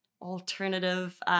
alternative